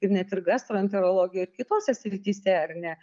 ir net ir gastroenterologijoj ir kitose srityse ar ne